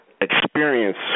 experience